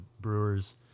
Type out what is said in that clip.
brewers